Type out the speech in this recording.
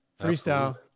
Freestyle